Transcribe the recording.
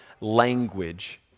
language